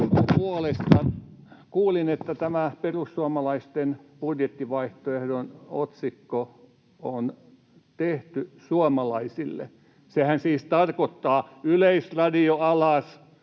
Kuulin, että tämä perussuomalaisten budjettivaihtoehdon otsikko on ”Tehty suomalaisille”. Sehän siis tarkoittaa: Yleisradio alas,